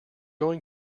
going